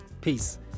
peace